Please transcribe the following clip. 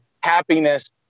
happiness